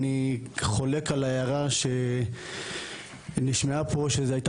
אני חולק על ההערה שנשמעה פה שזו הייתה